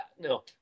no